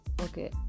okay